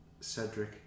Cedric